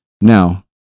Now